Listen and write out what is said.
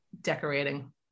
decorating